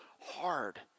hard